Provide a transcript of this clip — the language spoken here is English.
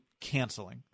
canceling